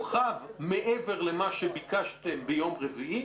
מורחב מעבר למה שביקשתם ביום רביעי.